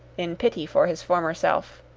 in pity for his former self,